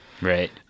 Right